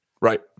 Right